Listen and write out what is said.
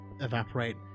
evaporate